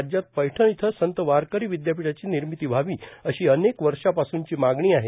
राज्यात पैठण इथं संत वारकरी विद्यापीठाची निर्मिती व्हावी अशी अनेक वर्षापासूनची मागणी आहे